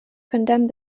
condemned